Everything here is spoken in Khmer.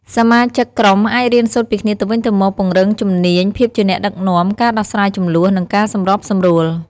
សមាជិកក្រុមអាចរៀនសូត្រពីគ្នាទៅវិញទៅមក ពង្រឹងជំនាញភាពជាអ្នកដឹកនាំ ការដោះស្រាយជម្លោះ និងការសម្របសម្រួល។